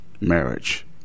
marriage